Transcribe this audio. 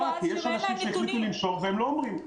כי יש אנשים שהחליטו לנשור והם לא אומרים.